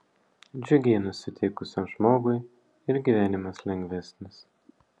džiugiai nusiteikusiam žmogui ir gyvenimas lengvesnis